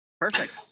perfect